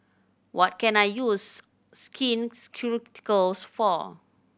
what can I use Skin Ceuticals for